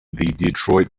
detroit